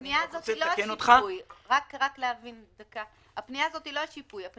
הפנייה הזאת היא לא השיפוי, הפנייה הזאת היא